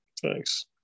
Thanks